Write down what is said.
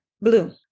Blue